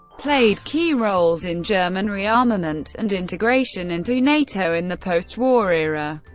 played key roles in german rearmament and integration into nato in the postwar era.